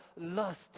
lust